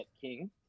king